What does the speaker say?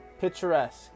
picturesque